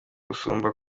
gusumba